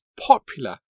popular